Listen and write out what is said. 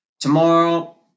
Tomorrow